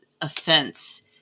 offense